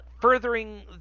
furthering